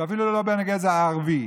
ואפילו לא בן הגזע הערבי.